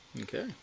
Okay